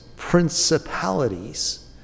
principalities